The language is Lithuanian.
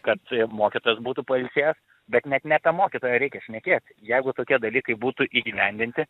kad mokytojas būtų pailsėjęs bet net ne apie mokytoją reikia šnekėt jeigu tokie dalykai būtų įgyvendinti